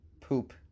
poop